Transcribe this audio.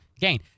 gain